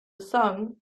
song